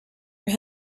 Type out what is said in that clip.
your